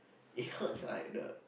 it looks like the